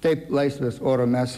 taip laisvės oro mes